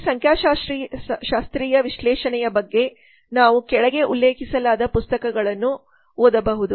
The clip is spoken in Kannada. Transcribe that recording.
ಈ ಸಂಖ್ಯಾಶಾಸ್ತ್ರೀಯ ವಿಶ್ಲೇಷಣೆಯಬಗ್ಗೆ ನಾವುಕೆಳಗೆ ಉಲ್ಲೇಖಿಸಲಾದ ಪುಸ್ತಕಗಳನ್ನುಓದಬಹುದು